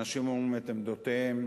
אנשים אומרים את עמדותיהם,